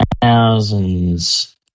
Thousands